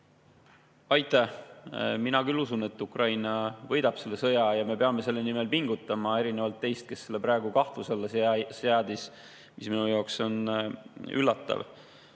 Aitäh! Mina küll usun, et Ukraina võidab selle sõja ja et me peame selle nimel pingutama, erinevalt teist, kes selle praegu kahtluse alla seadis, mis minu jaoks on üllatav.